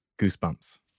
goosebumps